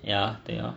ya 对 ah